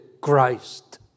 Christ